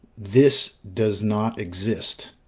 this does not exist.